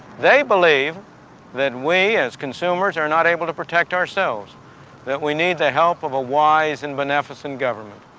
they believe that we as consumers are not able to protect ourselves that we need the help of a wise and beneficent government.